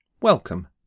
Welcome